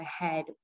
ahead